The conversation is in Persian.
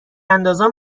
اندازان